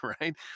right